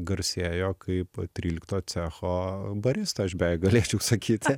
garsėjo kaip trylikto cecho barista aš beveik galėčiau sakyti